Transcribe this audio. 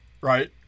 right